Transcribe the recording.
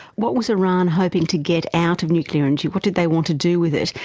what was iran hoping to get out of nuclear energy? what did they want to do with it?